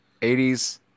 80s